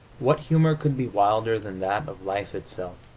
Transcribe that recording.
what humor could be wilder than that of life itself?